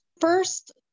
First